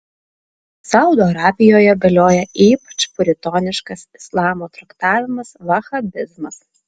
saudo arabijoje galioja ypač puritoniškas islamo traktavimas vahabizmas